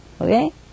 okay